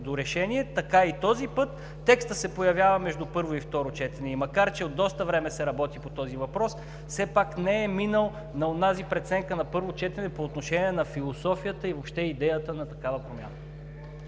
до решение, така и този път, текстът се появява между първо и второ четене. И макар че от доста време се работи по този въпрос, все пак не е минал на онази преценка на първо четене по отношение на философията и въобще идеята на такава промяна.